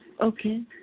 Okay